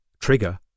Trigger